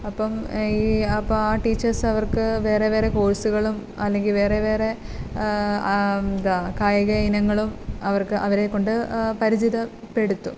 അപ്പം ഈ അപ്പം ആ ടീച്ചേഴ്സ് അവർക്ക് വേറെ വേറെ കോഴ്സുകളും അല്ലെങ്കിൽ വേറെ വേറെ എന്താണ് കായിക ഇനങ്ങളും അവർക്ക് അവരേക്കൊണ്ട് പരിചിതപ്പെടുത്തും